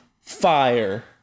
Fire